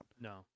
No